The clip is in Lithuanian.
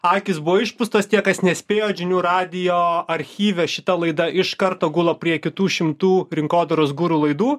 akys buvo išpūstos tie kas nespėjo žinių radijo archyve šita laida iš karto gula prie kitų šimtų rinkodaros guru laidų